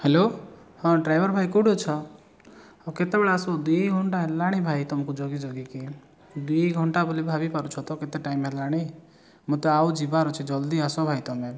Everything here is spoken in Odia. ହ୍ୟାଲୋ ହଁ ଡ୍ରାଇଭର୍ ଭାଇ କେଉଁଠି ଅଛ ଆଉ କେତେବେଳେ ଆସିବ ଦୁଇ ଘଣ୍ଟା ହେଲାଣି ଭାଇ ତମକୁ ଜଗି ଜଗିକି ଦୁଇ ଘଣ୍ଟା ବୋଲି ଭାବିପାରୁଛତ କେତେ ଟାଇମ୍ ହେଲାଣି ମୋତେ ଆଉ ଯିବାର ଅଛି ଜଲ୍ଦି ଆସ ଭାଇ ତମେ